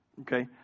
Okay